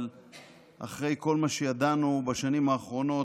אבל אחרי כל מה שידענו בשנים האחרונות,